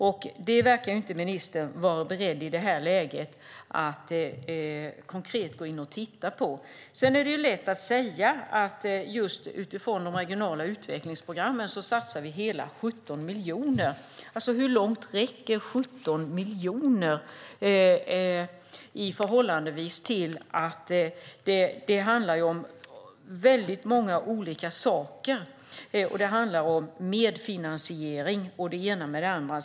Det verkar inte ministern i det här läget vara beredd att konkret gå in och titta på. Det är lätt att säga att vi utifrån de regionala utvecklingsprogrammen satsar hela 17 miljoner. Hur långt räcker 17 miljoner? Det handlar om väldigt många olika saker, medfinansiering och det ena med det andra.